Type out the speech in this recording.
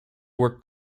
were